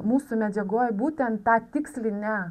mūsų medžiagoj būtent tą tikslinę